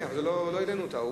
כן, לא העלינו אותה.